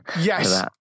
Yes